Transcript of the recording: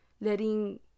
letting